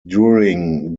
during